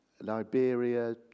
Liberia